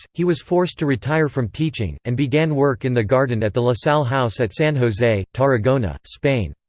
he was forced to retire from teaching, and began work in the garden at the la salle house at san jose, tarragona, spain.